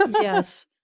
yes